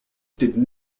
did